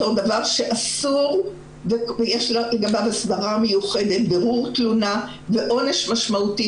בתור דבר שאסור ויש לגביו הסדרה מיוחדת: בירור תלונה ועונש משמעותי,